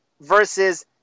versus